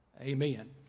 amen